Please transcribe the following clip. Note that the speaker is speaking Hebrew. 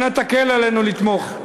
אנא, תקל עלינו לתמוך.